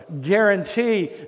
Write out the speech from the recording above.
guarantee